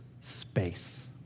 space